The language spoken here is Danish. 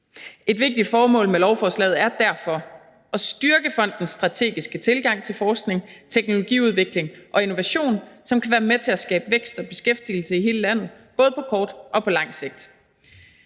Et vigtigt formål med lovforslaget er derfor at styrke fondens strategiske tilgang til forskning, teknologiudvikling og innovation, som kan være med til at skabe vækst og beskæftigelse i hele landet, både på kort og på lang sigt.